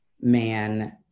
man